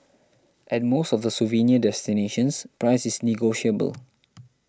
at most of the souvenir destinations price is negotiable